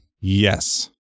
Yes